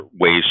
ways